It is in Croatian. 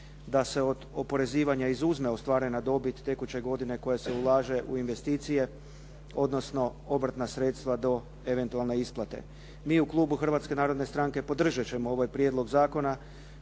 da se od oporezivanja izuzme ostvarena dobit tekuće godine koja se ulaže u investicije, odnosno obrtna sredstva do eventualne isplate. Mi u klubu Hrvatske narodne stranke podržati ćemo ovaj prijedlog zakona